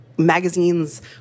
magazines